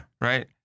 Right